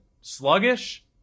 sluggish